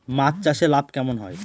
মাছ চাষে লাভ কেমন হয়?